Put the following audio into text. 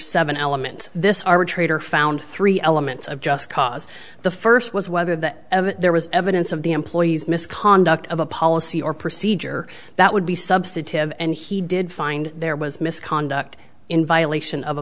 seven element this arbitrator found three elements of just cause the first was whether that there was evidence of the employees misconduct of a policy or procedure that would be substantive and he did find there was misconduct in violation of a